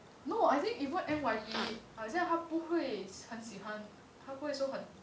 no I think even N_Y_P 好像他不会很喜欢他不会说很